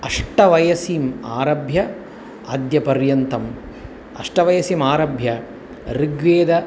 अष्टवयसिम् आरभ्य अद्यपर्यन्तम् अष्टवयसिमारभ्य ऋग्वेद